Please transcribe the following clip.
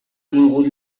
tingut